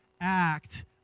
act